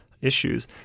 issues